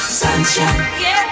sunshine